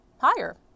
higher